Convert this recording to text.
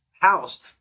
House